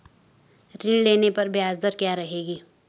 ऋण लेने पर ब्याज दर क्या रहेगी?